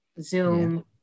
Zoom